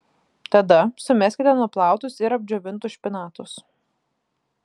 tada sumeskite nuplautus ir apdžiovintus špinatus